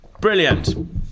Brilliant